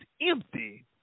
empty